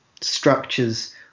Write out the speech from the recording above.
structures